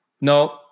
No